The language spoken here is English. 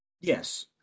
Yes